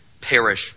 perish